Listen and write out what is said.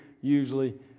usually